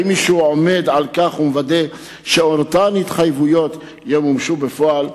האם מישהו עומד על כך ומוודא שאותן התחייבויות ימומשו בפועל?